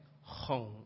home